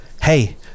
Hey